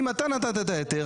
אם אתה נתת את ההיתר,